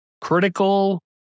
critical